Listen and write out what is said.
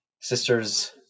sister's